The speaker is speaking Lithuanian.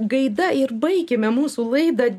gaida ir baikime mūsų laidą